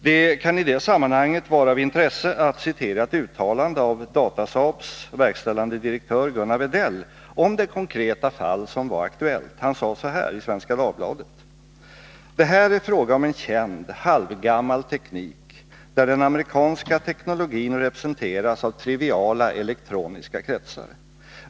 Det kan i det sammanhanget vara av intresse att citera ett uttalande av Datasaabs verkställande direktör Gunnar Wedell om det konkreta fall som var aktuellt. Han sade enligt Svenska Dagbladet: ”Det här är fråga om en känd, halvgammal teknik, där den amerikanska teknologin representeras av triviala elektroniska kretsar.